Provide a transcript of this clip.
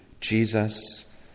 Jesus